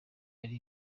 yari